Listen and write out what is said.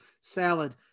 salad